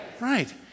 Right